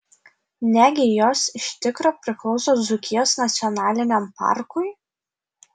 negi jos iš tikro priklauso dzūkijos nacionaliniam parkui